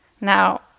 Now